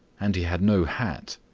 and he had no hat.